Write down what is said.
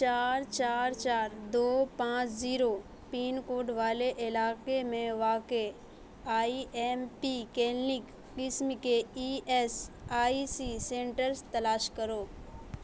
چار چار چار دو پانچ زیرو پن کوڈ والے علاقے میں واقع آئی ایم پی کلینک قسم کے E S I C centres تلاش کرو